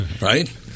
Right